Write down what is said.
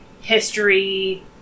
history